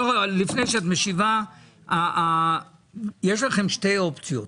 לפני שאת משיבה, יש לכם שתי אופציות.